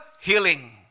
healing